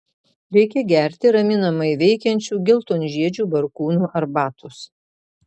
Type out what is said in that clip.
reikia gerti raminamai veikiančių geltonžiedžių barkūnų arbatos